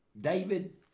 David